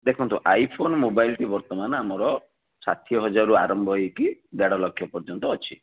ଦେଖନ୍ତୁ iPhone mobile ଟି ବର୍ତ୍ତମାନ୍ ଆମର ଷାଠିଏ ହଜାରରୁ ଆରମ୍ଭ ହେଇକି ଦେଢ଼ଲକ୍ଷ ପର୍ଯ୍ୟନ୍ତ ଅଛି